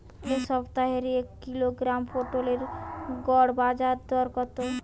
এ সপ্তাহের এক কিলোগ্রাম পটলের গড় বাজারে দর কত?